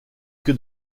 que